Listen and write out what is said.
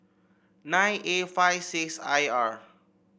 nine A five six I R